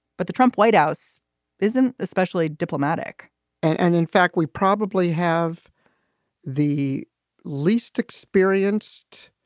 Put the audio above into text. but the trump white house isn't especially diplomatic and in fact, we probably have the least experienced,